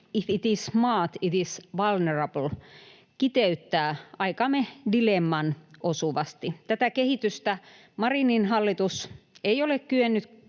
”If it’s smart, it’s vulnerable” kiteyttää aikamme dilemman osuvasti. Tätä kehitystä Marinin hallitus ei ole kyennyt